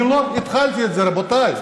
אני לא התחלתי את זה, רבותיי.